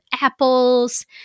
apples